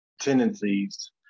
tendencies